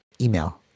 Email